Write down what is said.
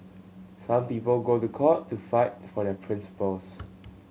some people go to court to fight for their principles